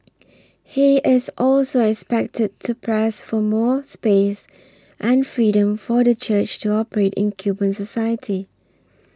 he is also expected to press for more space and freedom for the church to operate in Cuban society